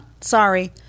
sorry